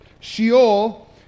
Sheol